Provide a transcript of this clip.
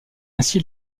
ainsi